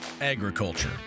agriculture